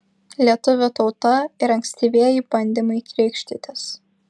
lietuvių tauta ir ankstyvieji bandymai krikštytis